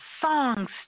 songs